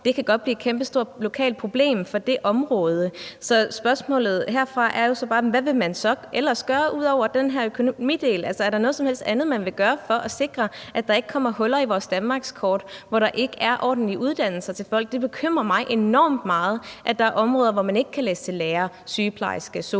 Det kan godt blive et kæmpestort lokalt problem for det område. Så spørgsmålet herfra er jo bare: Hvad vil man så ellers gøre, altså ud over den her økonomidel? Altså, er der noget som helst andet, man vil gøre for at sikre, at der ikke kommer huller i vores danmarkskort, hvor der ikke er ordentlige uddannelser til folk? Det bekymrer mig enormt meget, at der er områder, hvor man ikke kan læse til lærer, sygeplejerske, sosu